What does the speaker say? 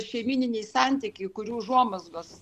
šeimyniniai santykiai kurių užuomazgos